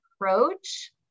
approach